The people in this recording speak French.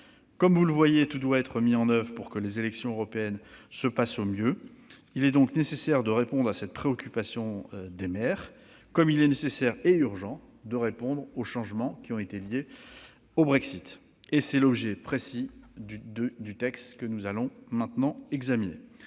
vote. Vous le voyez, tout doit être mis en oeuvre pour que les élections européennes se passent au mieux. Il est donc nécessaire de répondre à cette préoccupation des maires, tout comme il est nécessaire et urgent de tirer les conséquences des changements liés au Brexit. Tel est l'objet précis du texte que nous allons examiner